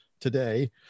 today